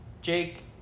Jake